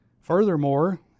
Furthermore